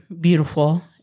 beautiful